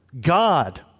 God